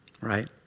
Right